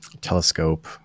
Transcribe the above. telescope